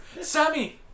Sammy